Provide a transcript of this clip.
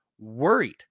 worried